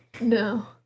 No